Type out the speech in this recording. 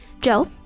Joe